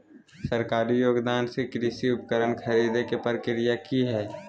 सरकारी योगदान से कृषि उपकरण खरीदे के प्रक्रिया की हय?